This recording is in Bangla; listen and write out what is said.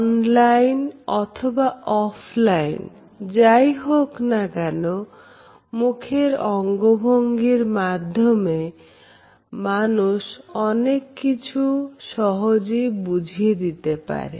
অনলাইন অথবা অফ লাইন যাই হোক না কেন মুখের অঙ্গভঙ্গির মাধ্যমে মানুষ অনেক কিছু সহজেই বুঝিয়ে দিতে পারে